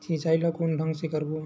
सिंचाई ल कोन ढंग से करबो?